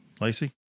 Lacey